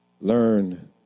learn